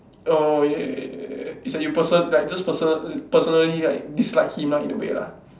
orh !yay! is like you person~ like just person~ personally like dislike him ah in a way lah